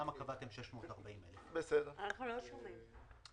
לגבי סעיף (2), כדי לאפשר לעצמאים למשוך אפשר